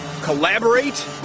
Collaborate